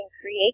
create